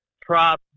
prop